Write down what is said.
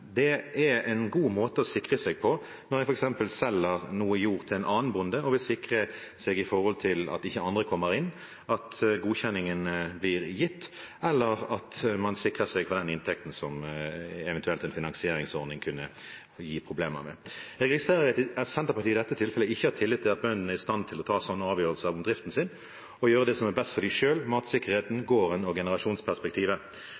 Det er en god måte å sikre seg på når en f.eks. selger noe jord til en annen bonde og vil sikre seg, med tanke på at ikke andre kommer inn, at godkjenningen blir gitt, eller at man sikrer seg den inntekten som eventuelt en finansieringsordning kunne gi problemer med. Jeg registrerer at Senterpartiet i dette tilfellet ikke har tillit til at bøndene er i stand til å ta sånne avgjørelser om driften sin og gjøre det som er best for